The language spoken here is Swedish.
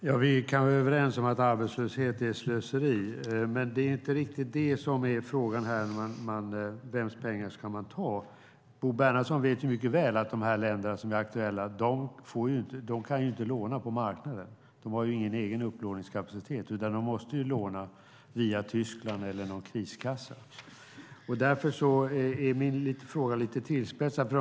Fru talman! Vi kan vara överens om att arbetslöshet är slöseri, men frågan om vems pengar man ska ta handlar inte riktigt om det. Bo Bernhardsson vet mycket väl att de länder som är aktuella inte kan låna på marknaden; de har ingen egen upplåningskapacitet. De måste låna via Tyskland eller någon kriskassa.